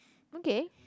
okay